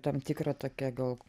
tam tikrą tokią gal